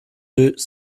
deux